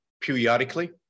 periodically